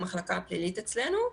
המחלקה הפלילית אצלנו.